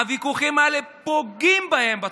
הוויכוחים האלה פוגעים בהם בתפוצות.